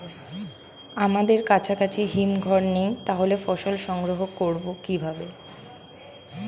আমাদের কাছাকাছি হিমঘর নেই তাহলে ফসল সংগ্রহ করবো কিভাবে?